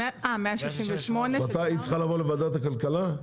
היא צריכה לבוא לוועדת הכלכלה?